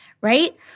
right